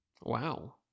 Wow